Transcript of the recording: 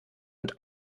und